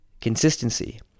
consistency